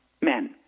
men